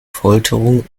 folterungen